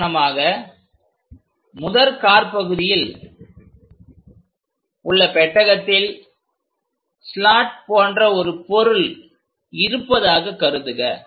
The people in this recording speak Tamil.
உதாரணமாக முதல் காற்பகுதியில் உள்ள பெட்டகத்தில் ஸ்லாட் போன்ற ஒரு பொருள் இருப்பதாக கருதுக